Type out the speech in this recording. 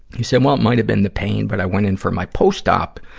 he said, well, it might have been the pain. but i went in for my post-op,